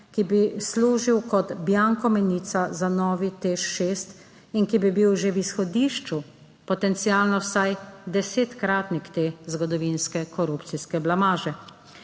ki bi služil kot bianko menica za novi TEŠ6 in ki bi bil že v izhodišču potencialno vsaj desetkratnik te zgodovinske korupcijske blamaže.